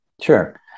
Sure